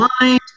mind